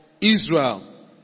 Israel